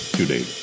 today